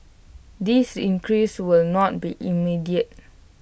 this increase will not be immediate